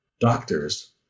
doctors